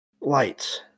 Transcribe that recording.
lights